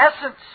essence